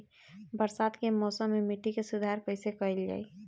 बरसात के मौसम में मिट्टी के सुधार कईसे कईल जाई?